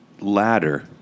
ladder